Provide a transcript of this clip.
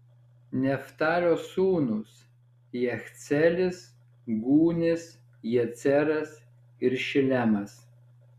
neftalio sūnūs jachceelis gūnis jeceras ir šilemas